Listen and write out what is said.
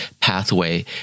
pathway